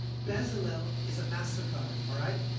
bezalel is a master cutter, alright?